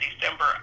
December